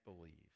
believes